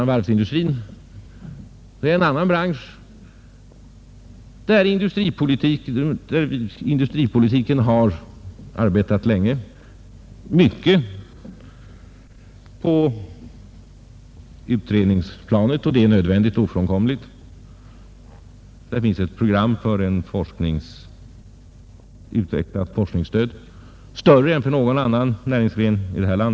Varvsindustrin är en annan bransch, där industripolitiken har arbetat länge — mycket på utredningsplanet, vilket är nödvändigt och ofrånkomligt. Där finns ett program för ett utvecklat forskningsstöd, större än för någon annan näringsgren i detta land.